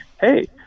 hey